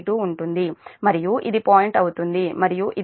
32 ఉంటుంది మరియు ఇది పాయింట్ అవుతుంది మరియు ఇది పాయింట్ 0 j0